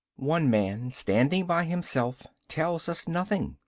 one man standing by himself tells us nothing.